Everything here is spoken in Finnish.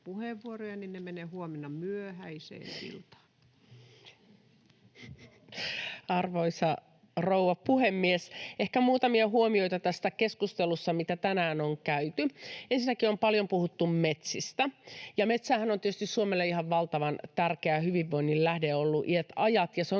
puheenvuoroja jää, ne menevät huomenna myöhäiseen iltaan. — Seuraavaksi edustaja Mikkonen. Arvoisa rouva puhemies! Ehkä muutamia huomioita tästä keskustelusta, mitä tänään on käyty. Ensinnäkin on paljon puhuttu metsistä. Metsähän on tietysti Suomelle ihan valtavan tärkeä hyvinvoinnin lähde ollut iät ja ajat,